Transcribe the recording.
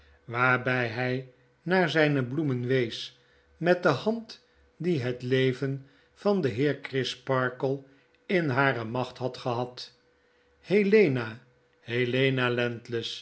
waarby hy naar zyne bloemen wees met de hand die hetleven van den heer grisparkle in hare macht had gehad helena helena